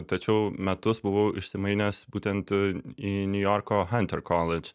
tačiau metus buvau išsimainęs būtent į niujorko hunter college